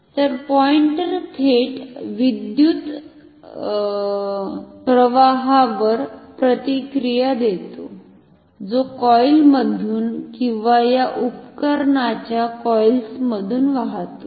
तर पॉईंटर थेट विद्युत्प्रवाहावर प्रतिक्रिया देतो जो कॉईलमधून किंवा या उपकरणांच्या कॉइलमधून वाहतो